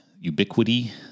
ubiquity